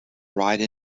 ride